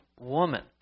woman